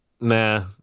nah